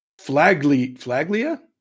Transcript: Flaglia